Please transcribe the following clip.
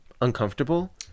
uncomfortable